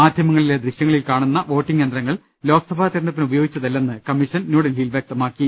മാധ്യമങ്ങളിലെ ദൃശ്യങ്ങളിൽ കാണുന്ന വോട്ടിംഗ് യന്ത്രങ്ങൾ ലോക്സഭാ തെരഞ്ഞെടുപ്പിനുപയോ ഗിച്ചതല്ലെന്ന് കമ്മീഷൻ ന്യൂഡൽഹിയിൽ വ്യക്തമാക്കി